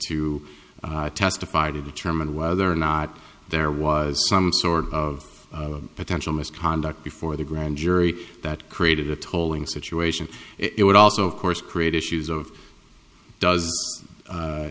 to testify or to determine whether or not there was some sort of potential misconduct before the grand jury that created a tolling situation it would also of course create issues of does